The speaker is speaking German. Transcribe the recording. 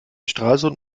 stralsund